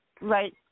right